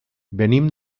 venim